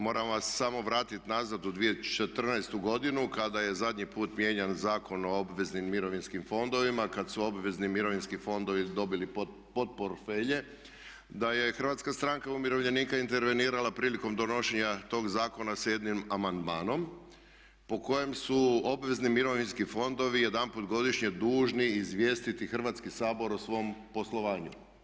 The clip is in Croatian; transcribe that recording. Moram vas samo vratiti nazad u 2014. godinu kada je zadnji put mijenjan Zakon o obveznim mirovinskim fondovima, kad su obvezni mirovinski fondovi dobili podportfelje, da je HSU intervenirala prilikom donošenja tog zakona sa jednim amandmanom po kojem su obvezni mirovinski fondovi jedanput godišnje dužni izvijestiti Hrvatski sabor o svom poslovanju.